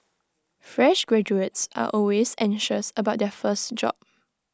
fresh graduates are always anxious about their first job